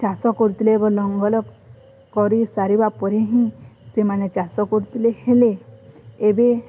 ଚାଷ କରୁଥିଲେ ଏବଂ ଲଙ୍ଗଳ କରି ସାରିବା ପରେ ହିଁ ସେମାନେ ଚାଷ କରୁଥିଲେ ହେଲେ ଏବେ